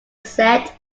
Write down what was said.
set